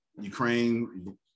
Ukraine